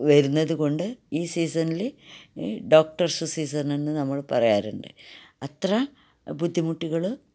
വരുന്നത് കൊണ്ട് ഈ സീസണില് ഡോക്ട്ടേഴ്സ്സ് സീസണെന്ന് നമ്മൾ പറയാറുണ്ട് അത്ര ബുദ്ധിമുട്ടുകള്